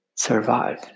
Survive